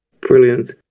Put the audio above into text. Brilliant